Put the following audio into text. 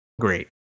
great